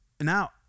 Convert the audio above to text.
Now